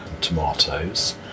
tomatoes